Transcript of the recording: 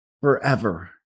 forever